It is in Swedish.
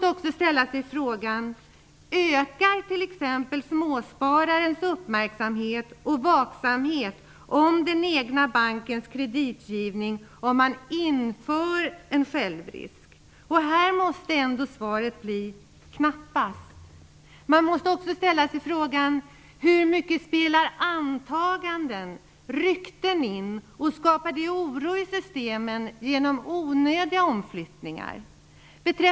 Man måste ställa sig frågan: Ökar t.ex. småspararens uppmärksamhet och vaksamhet när det gäller den egna bankens kreditgivning om man inför en självrisk? Svaret på den frågan måste bli: Knappast. Man måste också fråga sig: Hur mycket spelar antaganden och rykten in? Skapar det oro i systemet genom onödiga omflyttningar?